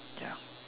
ya